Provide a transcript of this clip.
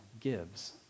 gives